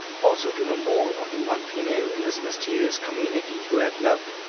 also to know more of the one female in this mysterious community who had loved,